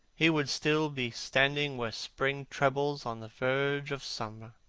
he would still be standing where spring trembles on the verge of summer.